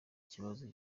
ikibazo